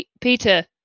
Peter